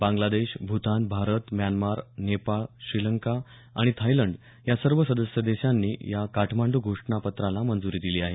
Bangladesh Bhutan Bharat Myanmar Nepal Sri Lanka आणि Thailand या सर्व सदस्य देशांनी या काठमांडू घोषणापत्राला मंजूरी दिली आहे